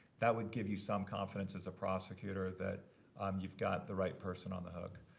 that would give you some confidence as a prosecutor that um you've got the right person on the hook.